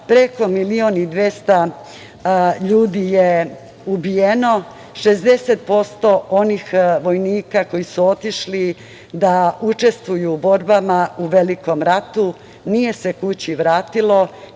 Preko milion i 200 ljudi je ubijeno. Šezdeset posto onih vojnika koji su otišli da učestvuju u borbama u Velikom ratu nije se kući vratilo